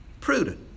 Prudent